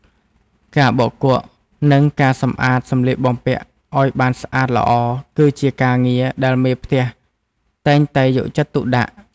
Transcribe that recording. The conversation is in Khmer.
ការបោកគក់ និងការសម្អាតសម្លៀកបំពាក់ឱ្យបានស្អាតល្អ គឺជាការងារដែលមេផ្ទះតែងតែយកចិត្តទុកដាក់។